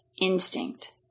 instinct